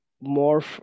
more